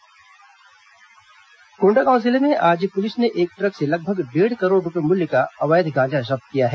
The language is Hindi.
गांजा बरामद कोंडागांव जिले में आज पुलिस ने एक ट्रक से लगभग डेढ़ करोड़ रूपये मूल्य का अवैध गांजा जब्त किया है